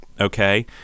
Okay